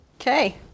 Okay